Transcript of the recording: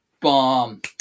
bomb